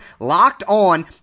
LOCKEDON